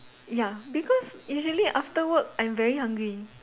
ya because usually after work I'm very hungry